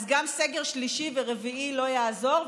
אז גם סגר שלישי ורביעי לא יעזרו,